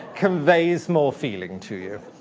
conveys more feeling to you?